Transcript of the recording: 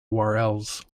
urls